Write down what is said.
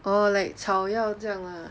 orh like 草药这样 lah